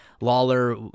Lawler